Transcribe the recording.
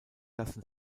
lassen